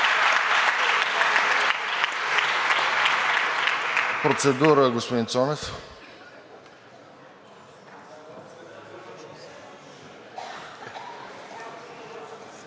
Процедура, господин Цонев.